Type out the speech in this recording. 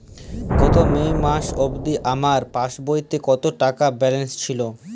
গত মে মাস অবধি আমার পাসবইতে কত টাকা ব্যালেন্স ছিল?